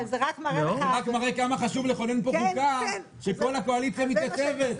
אני אומרת שהקואליציה הזאת,